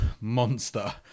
monster